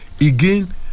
again